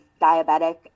diabetic